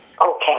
Okay